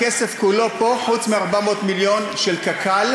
הכסף כולו פה, חוץ מ-400 מיליון של קק"ל,